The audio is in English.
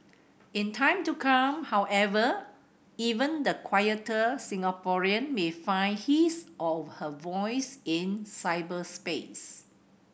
in time to come however even the quieter Singaporean may find his or her voice in cyberspace